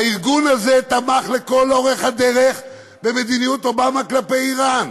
הארגון הזה תמך לכל אורך הדרך במדיניות אובמה כלפי איראן